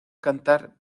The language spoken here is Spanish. cantar